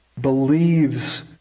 believes